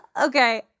Okay